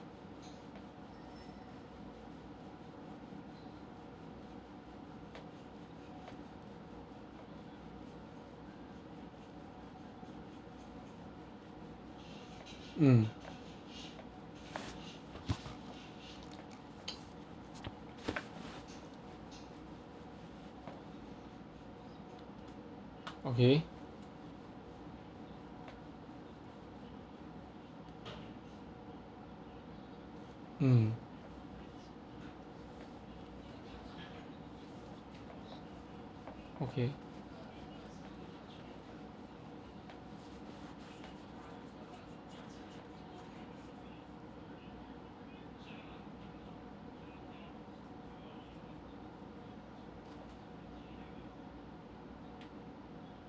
mm okay mm okay